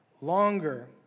longer